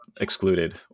excluded